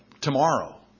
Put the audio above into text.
tomorrow